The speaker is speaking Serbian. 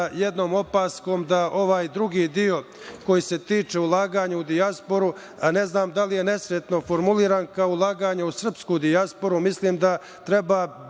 jednom opaskom da ovaj drugi deo koji se tiče ulaganja u dijasporu, a ne znam da li je nesrećno formulisan kao ulaganje u srpsku dijasporu, mislim da treba,